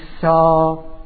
saw